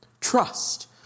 Trust